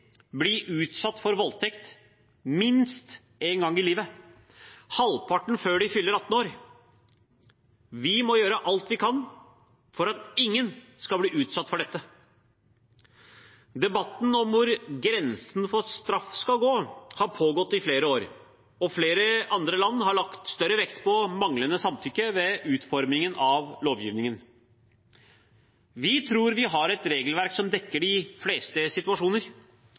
utsatt for voldtekt minst en gang i livet, halvparten før de fyller 18 år. Vi må gjøre alt vi kan for at ingen skal bli utsatt for dette. Debatten om hvor grensen for straff skal gå har pågått i flere år, og flere andre land har lagt større vekt på manglende samtykke ved utformingen av lovgivningen. Vi tror vi har et regelverk som dekker de fleste situasjoner,